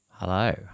Hello